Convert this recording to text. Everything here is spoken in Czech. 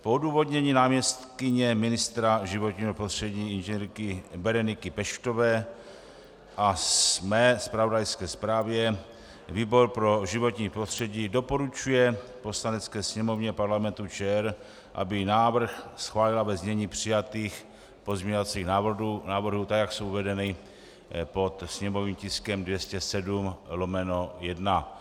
Po odůvodnění náměstkyně ministra životního prostředí Ing. Bereniky Peštové a mé zpravodajské zprávě výbor pro životní prostředí doporučuje Poslanecké sněmovně Parlamentu ČR, aby návrh schválila ve znění přijatých pozměňovacích návrhů, tak jak jsou uvedeny pod sněmovním tiskem 207/1.